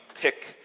pick